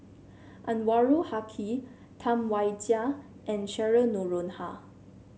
Anwarul Haque Tam Wai Jia and Cheryl Noronha